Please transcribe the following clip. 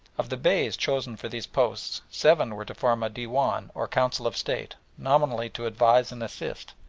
of the beys chosen for these posts seven were to form a dewan, or council of state, nominally to advise and assist,